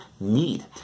need